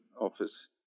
Office